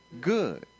good